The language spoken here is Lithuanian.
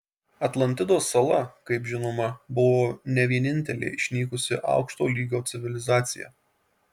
atlantidos sala kaip žinoma buvo ne vienintelė išnykusi aukšto lygio civilizacija